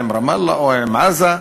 עם רמאללה או עם עזה?